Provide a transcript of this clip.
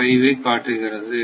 005 ஐ காட்டுகிறது